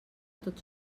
tots